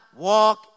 Walk